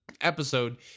episode